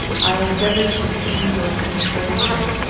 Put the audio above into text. i endeavoured to soothe or console her.